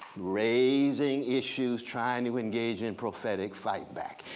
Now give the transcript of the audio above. raising issues, trying to engage in prophetic fight back.